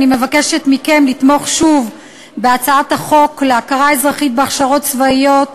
אני מבקשת מכם לתמוך שוב בהצעת חוק הכרה אזרחית בהכשרות צבאיות,